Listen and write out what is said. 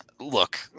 Look